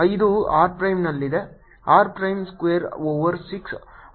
ಇದು r ಪ್ರೈಮ್ನಲ್ಲಿದೆ r prime square over 6